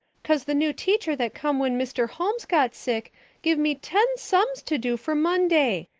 cause the new teacher that come when mr. holmes got sick give me ten sums to do for monday.